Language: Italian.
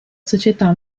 società